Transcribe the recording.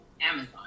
Amazon